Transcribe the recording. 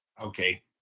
okay